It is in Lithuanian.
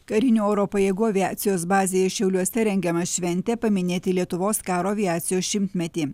karinių oro pajėgų aviacijos bazėje šiauliuose rengiama šventė paminėti lietuvos karo aviacijos šimtmetį